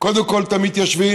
קודם כול את המתיישבים,